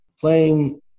playing